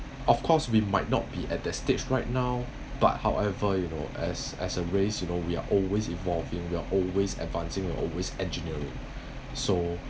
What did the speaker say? of course we might not be at that stage right now but however you know as as a race you know we are always evolving we are always advancing we are always engineering so